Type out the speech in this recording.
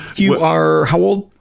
you are how old?